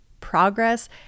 progress